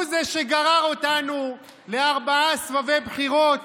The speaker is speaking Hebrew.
הוא זה שגרר אותנו לארבעה סביבי בחירות